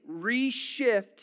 reshift